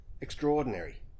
Extraordinary